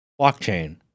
blockchain